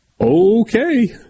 Okay